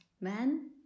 man